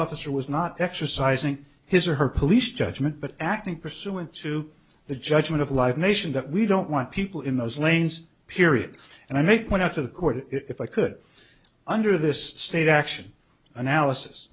officer was not exercising his or her police judgment but acting pursuant to the judgment of live nation that we don't want people in those lanes period and i may point out to the court if i could under this state action analysis